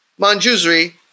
Manjusri